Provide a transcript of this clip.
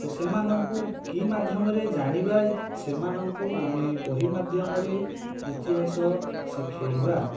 ତ ସେମାନଙ୍କୁ କି ମାଧ୍ୟମରେ ଜାଣିବା ସେମାନଙ୍କୁ ଆମେ ବହି ମାଧ୍ୟମରେ ଇତିହାସ ଶିଖାଇବା